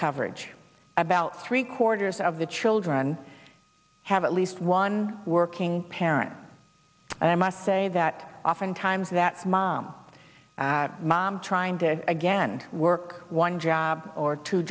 coverage about three quarters of the children have at least one working parent and i must say that often times that mom mom trying to again work one job or two